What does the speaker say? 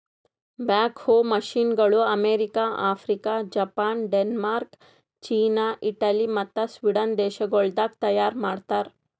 back ಹೋ ಮಷೀನಗೊಳ್ America, Africa, Japan, Denmark, China, Italy ಮತ್ತ ಸ್ವೀಡನ್ ದೇಶಗೊಳ್ದಾಗ್ ತೈಯಾರ್ ಮಾಡ್ತಾರ್